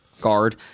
guard